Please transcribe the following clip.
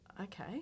okay